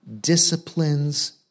disciplines